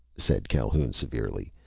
said calhoun severely,